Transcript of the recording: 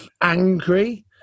Angry